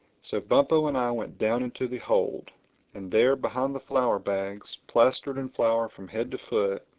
so bumpo and i went down into the hold and there, behind the flour-bags, plastered in flour from head to foot,